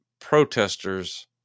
protesters